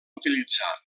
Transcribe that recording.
utilitzar